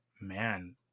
man